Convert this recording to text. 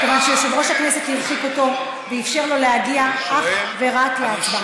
מכיוון שיושב-ראש הכנסת הרחיק אותו ואפשר לו להגיע אך ורק להצבעה.